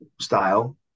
style